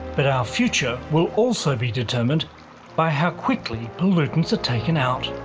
but our future will also be determined by how quickly pollutants are taken out.